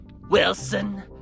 Wilson